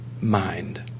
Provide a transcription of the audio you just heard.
mind